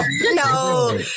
no